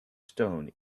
stone